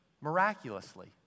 miraculously